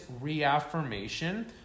reaffirmation